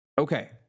Okay